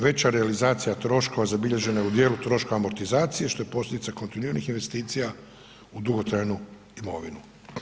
Veća realizacija troškova zabilježena je u dijelu troška amortizacije što je posljedica kontinuiranih investicija u dugotrajnu imovinu.